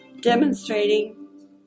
demonstrating